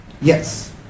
Yes